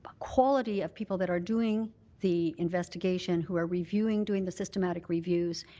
quality of people that are doing the investigation who are reviewing doing the systemic reviews.